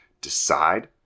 decide